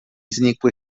znikły